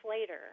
later